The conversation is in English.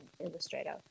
illustrator